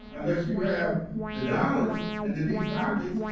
unless you have the dollars and the deep pockets,